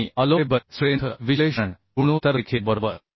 आणि allowable strength विश्लेषण गुणोत्तर देखील बरोबर